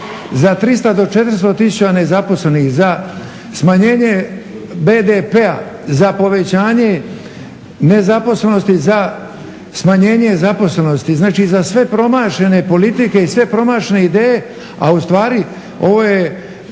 za 300 do 400 tisuća nezaposlenih, za smanjenje BDP-a, za povećanje nezaposlenosti, za smanjenje zaposlenosti, znači za sve promašene politike i sve promašene ideje, a ustvari je